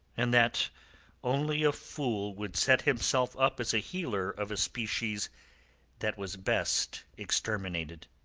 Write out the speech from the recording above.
and that only a fool would set himself up as a healer of a species that was best exterminated.